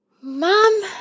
Mom